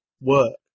work